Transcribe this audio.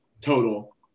total